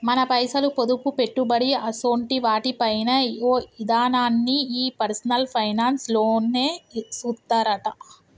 మన పైసలు, పొదుపు, పెట్టుబడి అసోంటి వాటి పైన ఓ ఇదనాన్ని ఈ పర్సనల్ ఫైనాన్స్ లోనే సూత్తరట